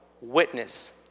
witness